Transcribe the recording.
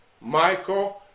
Michael